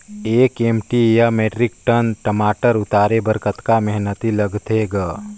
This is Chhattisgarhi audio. एक एम.टी या मीट्रिक टन टमाटर उतारे बर कतका मेहनती लगथे ग?